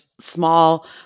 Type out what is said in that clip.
small